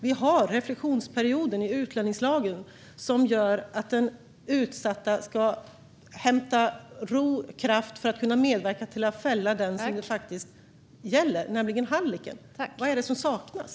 Vi har reflektionsperioden i utlänningslagen som gör att den utsatta ska hämta ro och kraft för att kunna medverka till att fälla den som det faktiskt gäller, nämligen hallicken. Vad är det som saknas?